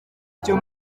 cyo